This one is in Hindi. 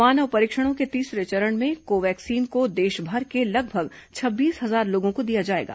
मानव परीक्षणों के तीसरे चरण में कोवैक्सीन को देशभर के लगभग छब्बीस हजार लोगों को दिया जाएगा